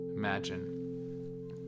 Imagine